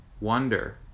wonder